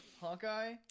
Hawkeye